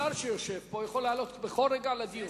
שר שיושב פה יכול לעלות בכל רגע לדיון.